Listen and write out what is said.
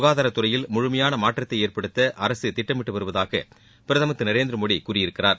க்காதாரத்துறையில் முழுமையான மாற்றத்தை ஏற்படுத்த அரசு திட்டமிட்டு வருவதாக பிரதமர் திரு நரேந்திர மோடி கூறியிருக்கிறார்